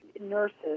nurses